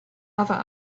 other